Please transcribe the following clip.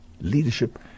Leadership